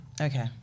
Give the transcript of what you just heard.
Okay